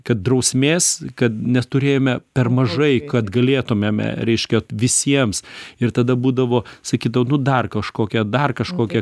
kad drausmės kad nes turėjome per mažai kad galėtumėme reiškia visiems ir tada būdavo sakydavo nu dar kažkokia dar kažkokia